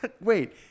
Wait